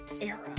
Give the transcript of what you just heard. era